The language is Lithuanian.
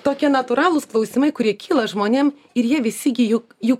tokie natūralūs klausimai kurie kyla žmonėm ir jie visi gi juk juk